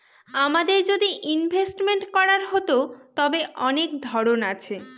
আমাদের যদি ইনভেস্টমেন্ট করার হতো, তবে অনেক ধরন আছে